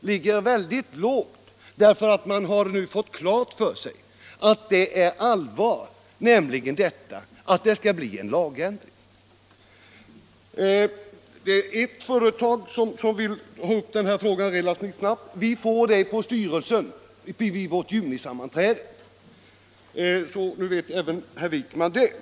ligger väldigt lågt, för man har nu fått klart för sig att det är allvar med att det skall bli en lagändring. När det gäller det företag, som vill ha upp frågan relativt snabbt, så kommer ärendet att behandlas på vårt junisammanträde. Nu vet alltså även herr Wijkman det.